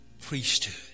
priesthood